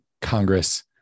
Congress